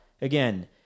again